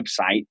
website